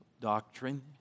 doctrine